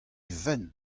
fenn